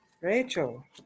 Rachel